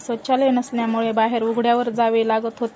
शौचालय नसल्यामुळे बाहरे उघड्यावर जावे लागत होते